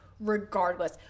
Regardless